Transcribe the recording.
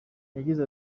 yagize